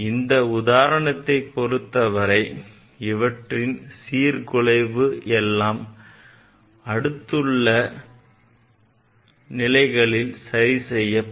இந்த உதாரணத்தை பொறுத்தவரை இவற்றின் சீர்குலைவு எல்லாம் அடுத்துள்ள அடுத்துள்ள எலக்ட்ரான்களால் சரி செய்யப்படும்